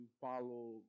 follow